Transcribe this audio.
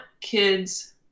kids